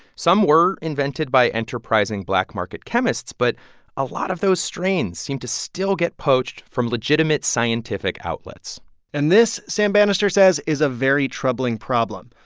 some were invented by enterprising black-market chemists, but a lot of those strains seem to still get poached from legitimate scientific outlets and this, sam banister says, is a very troubling problem.